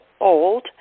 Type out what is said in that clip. old